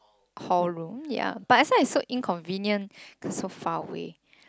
hall room ya but I feel its so inconvenient cause it's so far away